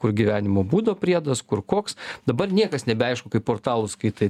kur gyvenimo būdo priedas kur koks dabar niekas nebeaišku kaip portalus skaitai